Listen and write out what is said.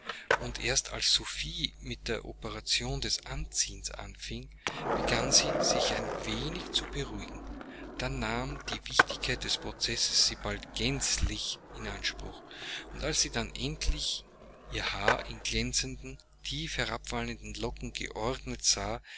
und erst als sophie mit der operation des anziehens anfing begann sie sich ein wenig zu beruhigen dann nahm die wichtigkeit des prozesses sie bald gänzlich in anspruch und als sie dann endlich ihr haar in glänzenden tief herabwallenden locken geordnet sah